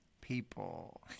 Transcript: people